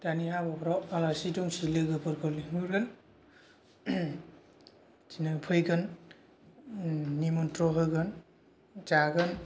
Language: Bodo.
दानि हाबाफ्राव आलासि दुमसि लोगोफोर लिंहरगोन बिदिनो फैगोन निमन्त्रन होगोन जागोन